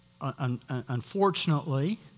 Unfortunately